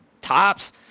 Tops